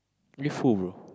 with who bro